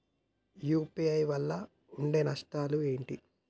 UPI వల్ల ఉండే నష్టాలు ఏంటి??